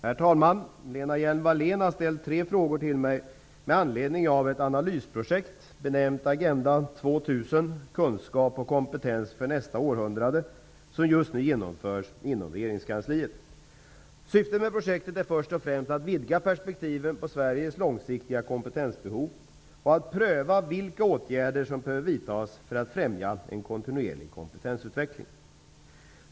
Herr talman! Lena Hjelm-Wallén har ställt tre frågor till mig med anledning av ett analysprojekt, benämnt Agenda 2000 -- kunskap och kompetens för nästa århundrade, som just nu genomförs inom regeringskansliet. Syftet med projektet är först och främst att vidga perspektiven på Sveriges långsiktiga kompetensbehov och att pröva vilka åtgärder som behöver vidtas för att främja en kontinuerlig kompetensutveckling.